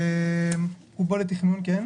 זה רובו לתכנון כן.